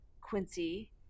Quincy